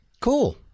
Cool